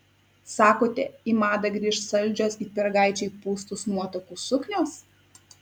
sakote į madą grįš saldžios it pyragaičiai pūstos nuotakų suknios